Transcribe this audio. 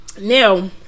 Now